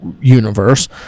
universe